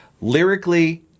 lyrically